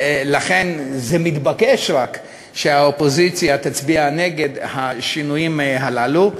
לכן זה רק מתבקש שהאופוזיציה תצביע נגד השינויים הללו,